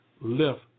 lift